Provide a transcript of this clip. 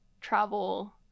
travel